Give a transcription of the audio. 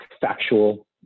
factual